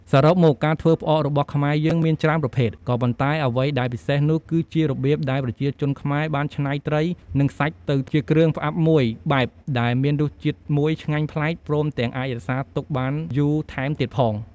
សរុបមក ការធ្វើផ្អករបស់ខ្មែរយើងមានច្រើនប្រភេទ ក៏ប៉ុន្តែអ្វីដែលពិសេសនោះគឺជារបៀបដែលប្រជាជនខ្មែរបានច្នៃត្រី និងសាច់ទៅជាគ្រឿងផ្អាប់មួយបែបដែលមានរសជាតិមួយឆ្ងាញ់ប្លែក ព្រមទាំងអាចរក្សាទុកបានយូរថែមទៀតផង។